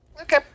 Okay